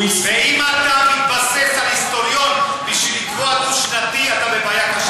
ואם אתה מתבסס על היסטוריון בשביל לקבוע דו-שנתי אתה בבעיה קשה מאוד.